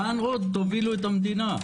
לאן עוד תובילו את המדינה?